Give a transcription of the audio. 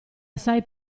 assai